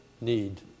need